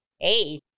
hey